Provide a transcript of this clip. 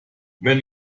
wenn